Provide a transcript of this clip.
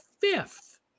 fifth